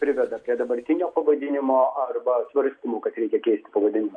priveda prie dabartinio pavadinimo arba svarstymų kad reikia keisti pavadinimą